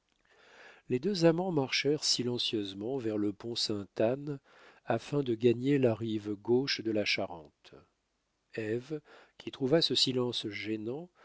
les deux amants marchèrent silencieusement vers le pont sainte-anne afin de gagner la rive gauche de la charente ève qui trouva ce silence gênant